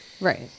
Right